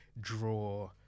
draw